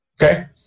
okay